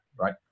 right